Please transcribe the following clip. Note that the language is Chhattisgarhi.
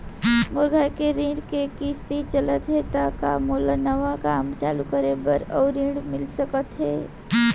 मोर घर के ऋण के किसती चलत हे ता का मोला नवा काम चालू करे बर अऊ ऋण मिलिस सकत हे?